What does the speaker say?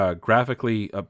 graphically